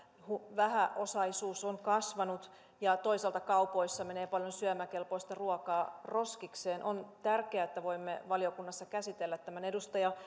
vähäosaisuus on kasvanut ja toisaalta kaupoissa menee paljon syömäkelpoista ruokaa roskikseen on tärkeätä että voimme valiokunnassa käsitellä tämän edustaja